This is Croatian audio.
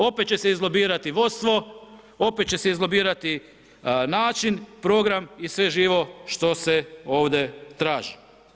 Opet će se izlobirati vodstvo, opet će se izlobirati način, program i sve živo što se ovdje traži.